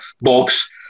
box